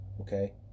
Okay